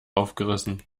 aufgerissen